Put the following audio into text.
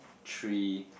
three